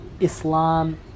Islam